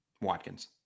Watkins